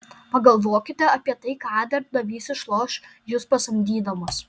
pagalvokite apie tai ką darbdavys išloš jus pasamdydamas